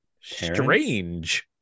Strange